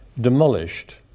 demolished